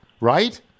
right